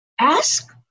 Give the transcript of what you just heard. ask